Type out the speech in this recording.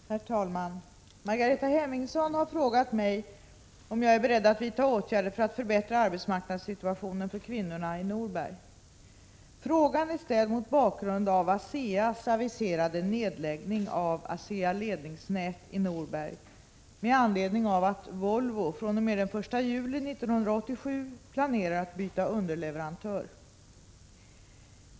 Herr talman! Margareta Hemmingsson har frågat mig om jag är beredd att vidta åtgärder för att förbättra arbetsmarknadssituationen för kvinnorna i Norberg. Frågan är ställd mot bakgrund av ASEA:s aviserade nedläggning av ASEA-Ledningsnät i Norberg med anledning av att Volvo fr.o.m. den 1 juli 1987 planerar att byta underleverantör.